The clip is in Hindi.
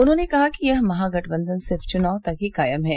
उन्होंने कहा कि यह महागठबंधन सिर्फ चुनाव तक ही कायम है